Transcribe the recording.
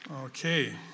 Okay